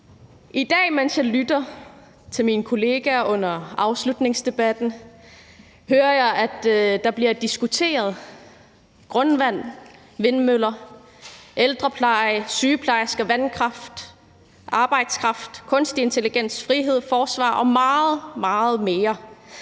I dag, mens jeg lytter til mine kollegaer under afslutningsdebatten, hører jeg, at der bliver diskuteret grundvand, vindmøller, ældrepleje, sygeplejersker, vandkraft, arbejdskraft, kunstig intelligens, frihed, forsvar og meget, meget mere.